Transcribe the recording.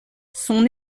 son